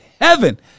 heaven